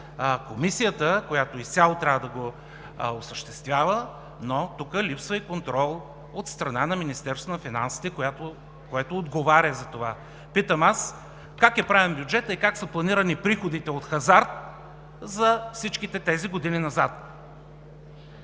Комисията, която изцяло трябва да го осъществява, но липсва и контрол от страна на Министерството на финансите, което отговаря за това. Питам: как е правен бюджетът и как са планирани приходите от хазарт за всичките тези години назад?